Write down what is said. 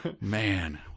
Man